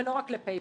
ולא רק ל-Pay-Pal,